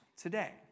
today